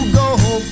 go